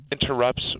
interrupts